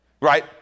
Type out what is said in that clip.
Right